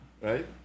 right